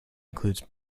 includes